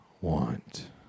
want